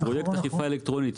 פרויקט אכיפה אלקטרונית,